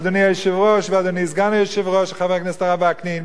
אדוני היושב-ראש ואדוני סגן היושב-ראש חבר הכנסת הרב וקנין,